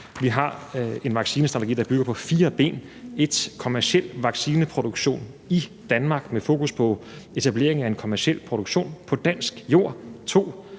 Vi har en vaccinestrategi, der bygger på fire ben: 1. Kommerciel vaccineproduktion i Danmark fokus på en kommerciel produktion på dansk jord. 2.